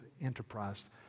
enterprise